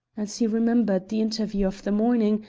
as he remembered the interview of the morning,